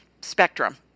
spectrum